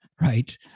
right